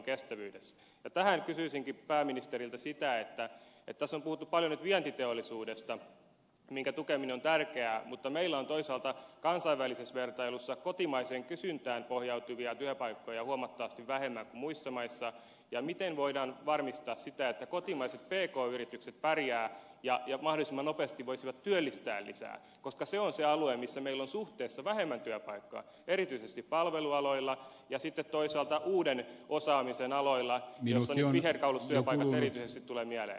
ja tähän kysyisinkin pääministeriltä siitä kun tässä on puhuttu paljon nyt vientiteollisuudesta jonka tukeminen on tärkeää mutta meillä on toisaalta kansainvälisessä vertailussa kotimaiseen kysyntään pohjautuvia työpaikkoja huomattavasti vähemmän kuin muissa maissa miten voidaan varmistaa sitä että kotimaiset pk yritykset pärjäävät ja mahdollisimman nopeasti voisivat työllistää lisää koska se on se alue missä meillä on suhteessa vähemmän työpaikkoja erityisesti palvelualoilla ja sitten toisaalta uuden osaamisen aloilla joista nyt viherkaulustyöpaikat erityisesti tulevat mieleen